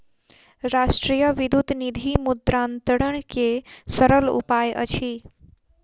राष्ट्रीय विद्युत निधि मुद्रान्तरण के सरल उपाय अछि